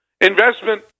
investment